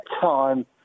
time